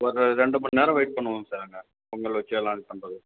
ஒரு ரெண்டு மணிநேரம் வெயிட் பண்ணணும் சார் அங்கே பொங்கல் வச்சு எல்லாம் இது பண்ணுறது